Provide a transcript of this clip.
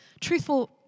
truthful